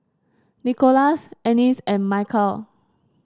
Nikolas Annis and Michal